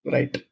Right